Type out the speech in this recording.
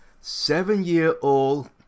Seven-year-old